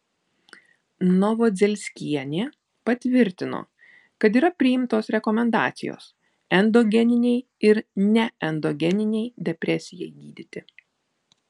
novodzelskienė patvirtino kad yra priimtos rekomendacijos endogeninei ir neendogeninei depresijai gydyti